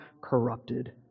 corrupted